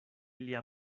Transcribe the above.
lia